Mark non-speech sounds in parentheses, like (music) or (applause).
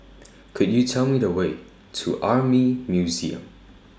(noise) Could YOU Tell Me The Way to Army Museum